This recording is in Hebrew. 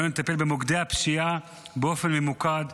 עלינו לטפל במוקדי הפשיעה באופן ממוקד,